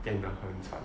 and ah